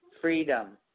FREEDOM